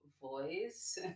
voice